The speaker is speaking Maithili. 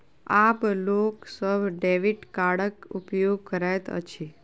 आब लोक सभ डेबिट कार्डक उपयोग करैत अछि